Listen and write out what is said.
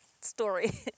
story